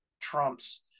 Trump's